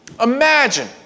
Imagine